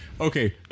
okay